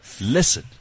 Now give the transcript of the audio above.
listen